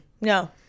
No